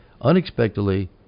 unexpectedly